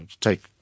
take